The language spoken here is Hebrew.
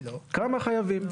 כמה חייבים.